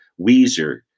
Weezer